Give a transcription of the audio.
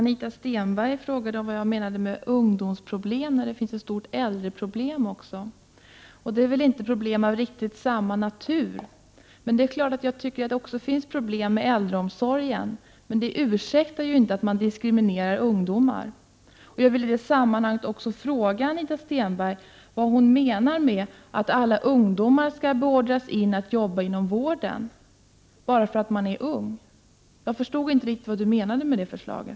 Herr talman! Miljöpartiet har ett förslag till en sorts allmän värnplikt. Både män och kvinnor skall göra denna allmänna värnplikt, och vi vill att de som inte vill göra vapentjänst skall t.ex. kunna arbeta ett år inom vård och omsorg. Vi tycker att det är viktigt att människor får lära det.